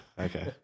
Okay